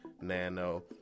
Nano